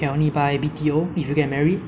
uh which is like quite